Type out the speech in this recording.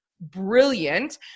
brilliant